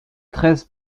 treize